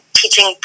teaching